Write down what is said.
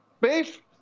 beef